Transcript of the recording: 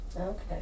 Okay